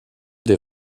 des